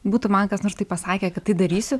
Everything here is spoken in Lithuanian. būtų man kas nors tai pasakę kad tai darysiu